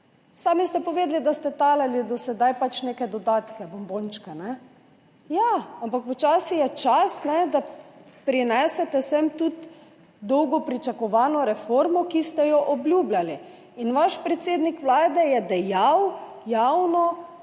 Sami ste povedali, da ste do sedaj delili neke dodatke, bombončke. Ja, ampak počasi je čas, da prinesete sem tudi dolgo pričakovano reformo, ki ste jo obljubljali. Vaš predsednik Vlade je javno